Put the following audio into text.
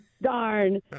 darn